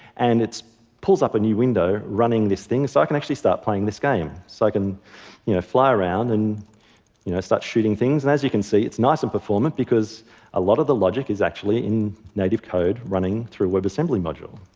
and it pulls up a new window running this thing, so i can actually start playing this game. so i can you know fly around and you know start shooting things. and as you can see, it's nice and performant because a lot of the logic is actually in native code running through a webassembly module,